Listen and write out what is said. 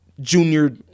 junior